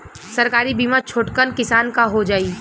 सरकारी बीमा छोटकन किसान क हो जाई?